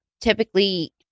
typically